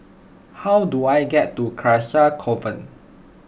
how do I get to Carcasa Convent